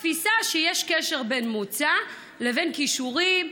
תפיסה שיש קשר בין מוצא לבין כישורים,